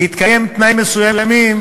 בהתקיים תנאים מסוימים,